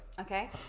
okay